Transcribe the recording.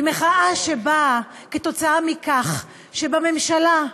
היא מחאה שבאה כתוצאה מכך שבממשלה,